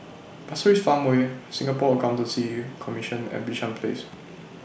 Pasir Ris Farmway Singapore Accountancy Commission and Bishan Place